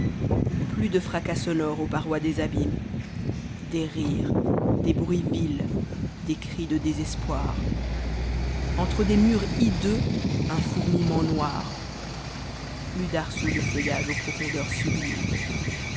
plus de fracas sonore aux parois des abîmes des rires des bruits vils des cris de désespoir entre des murs hideux un fourmillement noir plus d'arceaux de feumtage aux profondeurs sublime